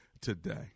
today